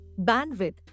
bandwidth